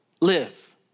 live